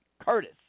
Curtis